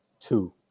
two